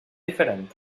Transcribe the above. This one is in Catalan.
diferent